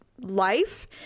life